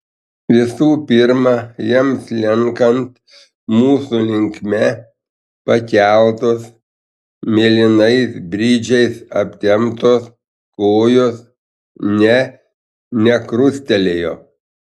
visų pirma jam slenkant mūsų linkme pakeltos mėlynais bridžais aptemptos kojos ne nekrustelėjo